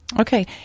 Okay